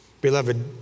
Beloved